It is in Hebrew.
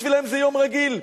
כי בשבילם זה יום רגיל.